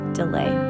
delay